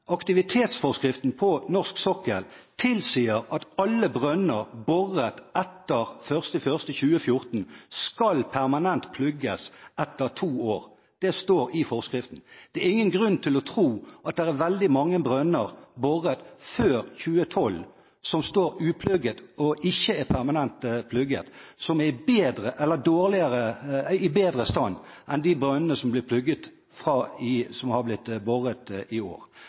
Aktivitetsforskriften på norsk sokkel tilsier at alle brønner boret etter 1. januar 2014 skal permanent plugges etter to år. Det står i forskriften. Det er ingen grunn til å tro at det er veldig mange brønner boret før 2012 som står uplugget, og ikke er permanent plugget, som er i bedre stand enn de brønnene som har blitt boret i